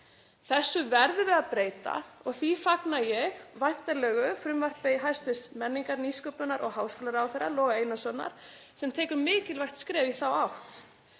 Þessu verðum við að breyta og því fagna ég væntanlegu frumvarpi hæstv. menningar-, nýsköpunar- og háskólaráðherra, Loga Einarssonar, sem tekur mikilvægt skref í þá átt,